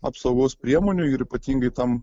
apsaugos priemonių ir ypatingai tam